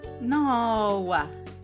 No